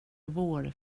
vår